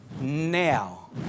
now